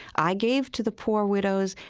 i gave to the poor widows,